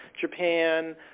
Japan